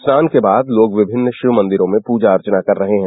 स्नान के बाद लोग विभिन्न शिवमंदिरो में पूजा अर्चना कर रहे हैं